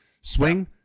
Swing